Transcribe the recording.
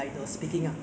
than chinese